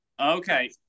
okay